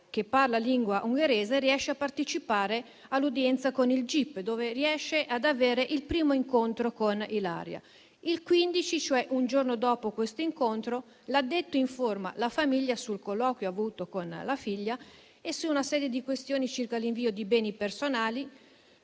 che parla la lingua ungherese riesce a partecipare all'udienza con il gip, dove riesce ad avere il primo incontro con Ilaria. Il 15, cioè un giorno dopo questo incontro, l'addetto informa la famiglia sul colloquio avuto con la figlia e su una serie di questioni circa l'invio di beni personali,